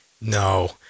No